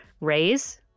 raise